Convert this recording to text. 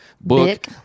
book